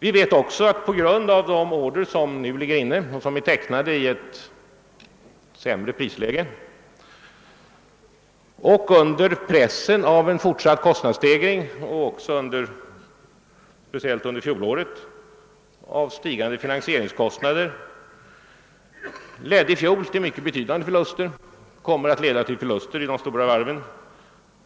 Vi vet också att på grund av att de order som nu ligger inne är tecknade i ett sämre prisläge och under pressen av en fortsatt kostnadsstegring och stigande finansieringskostnader, speciellt under fjolåret, så kommer det att bli förluster